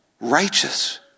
righteous